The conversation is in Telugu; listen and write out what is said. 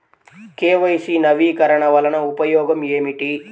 కే.వై.సి నవీకరణ వలన ఉపయోగం ఏమిటీ?